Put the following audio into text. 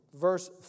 Verse